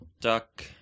Duck